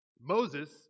Moses